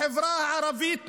החברה הערבית מדממת.